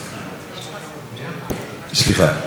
בבקשה, גברתי, שלוש דקות.